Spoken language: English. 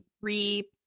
re